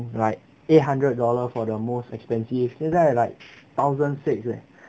like eight hundred dollar for the most expensive 现在 like thousand six leh